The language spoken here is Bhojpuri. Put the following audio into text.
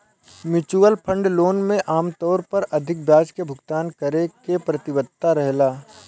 म्युचुअल फंड लोन में आमतौर पर अधिक ब्याज के भुगतान करे के प्रतिबद्धता रहेला